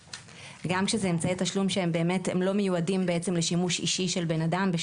וגם שהם אמצעי תשלום שלא מיועדים לשימוש אישי של בן אדם,